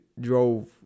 drove